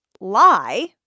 lie